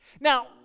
now